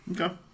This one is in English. Okay